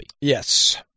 Yes